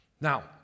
Now